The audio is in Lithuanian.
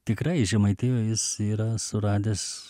tikrai žemaitijoj jis yra suradęs